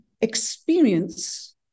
experience